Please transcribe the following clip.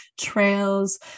trails